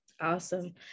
Awesome